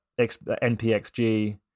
NPXG